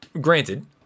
granted